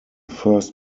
first